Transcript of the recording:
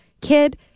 kid